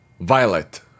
Violet